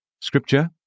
Scripture